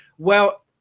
well?